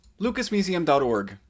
LucasMuseum.org